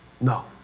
No